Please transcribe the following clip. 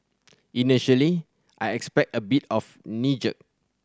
initially I expect a bit of knee jerk